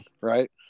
right